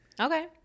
Okay